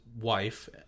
wife